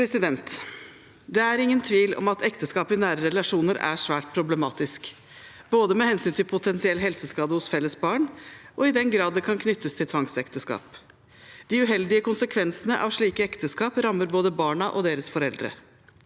Det er ingen tvil om at ekteskap i nære relasjoner er svært problematisk, både med hensyn til potensiell helseskade hos felles barn og i den grad det kan knyttes til tvangsekteskap. De uheldige konsekvensene av slike ekteskap rammer både barna og deres foreldre.